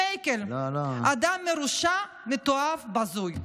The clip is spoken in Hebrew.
שמעקל: אדם מרושע, מתועב, בזוי.